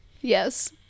Yes